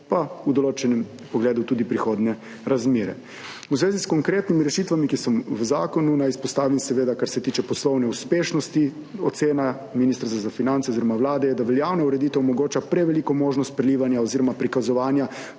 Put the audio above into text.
pa v določenem pogledu tudi prihodnje razmere. V zvezi s konkretnimi rešitvami, ki so v zakonu, naj izpostavim seveda, kar se tiče poslovne uspešnosti, ocena Ministrstva za finance oziroma Vlade je, da veljavna ureditev omogoča preveliko možnost prelivanja oziroma prikazovanja